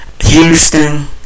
Houston